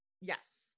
Yes